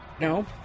No